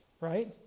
right